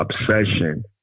obsession